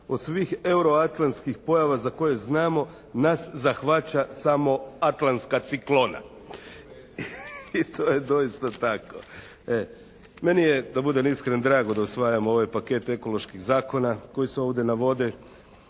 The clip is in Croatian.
Od svih euroatlantskih pojava za koje znamo, nas zahvaća samo atlantska ciklona. I to je doista tako. Meni je da bude iskren drago da usvajamo ovaj paket ekoloških zakona koji se ovdje navode,